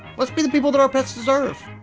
let's be the people that our pets deserve!